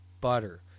butter